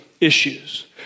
issues